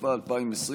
התשפ"א 2020,